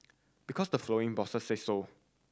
because the following bosses say so